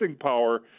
power